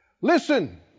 Listen